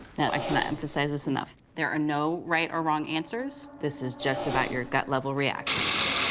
now, i cannot emphasize this enough, there are no right or wrong answers. this is just about your gut level reactions.